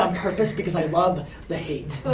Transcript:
ah purpose because i love the hate.